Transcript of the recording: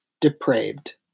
depraved